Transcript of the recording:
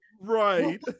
right